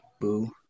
Boo